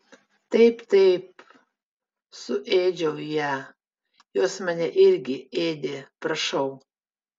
taip taip suėdžiau ją jos mane irgi ėdė prašau